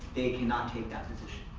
they cannot take that position.